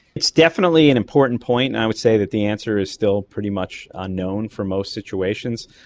it's definitely an important point and i would say that the answer is still pretty much unknown for most situations.